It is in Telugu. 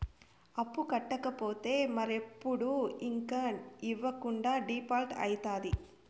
అప్పు కట్టకపోతే మరెప్పుడు ఇంక ఇవ్వకుండా డీపాల్ట్అయితాది